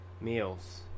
meals